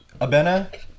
abena